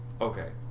Okay